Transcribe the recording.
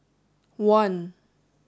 one